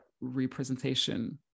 representation